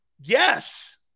Yes